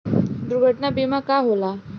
दुर्घटना बीमा का होला?